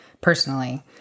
personally